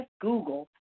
Google